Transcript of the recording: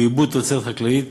בעיבוד תוצרת חקלאית,